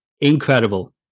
incredible